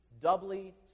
doubly